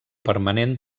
permanent